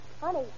Honey